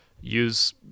use